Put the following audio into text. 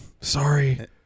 sorry